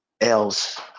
Else